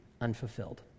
unfulfilled